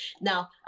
Now